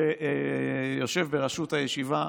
שיושב בראשות הישיבה,